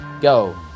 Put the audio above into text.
Go